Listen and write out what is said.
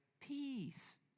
Peace